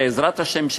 בעזרת השם,